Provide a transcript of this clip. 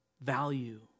value